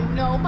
no